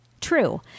True